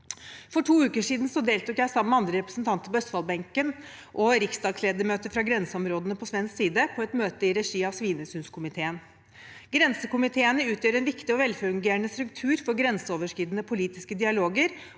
For to uker siden deltok jeg sammen med andre representanter fra østfoldbenken og riksdagsrepresentanter fra grenseområdene på svensk side på et møte i regi av Svinesundskomiteen. Grensekomiteene utgjør en viktig og velfungerende struktur for grenseoverskridende politiske dialoger